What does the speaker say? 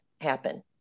happen